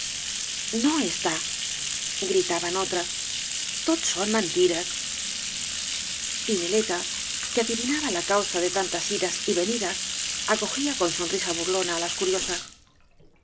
no está gritaban otras tot son mentires y neleta que adivinaba la causa de tantas idas y venidas acogía con sonrisa burlona á las curioeas